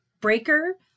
Breaker